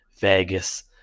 Vegas